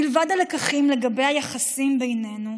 מלבד הלקחים לגבי היחסים בינינו,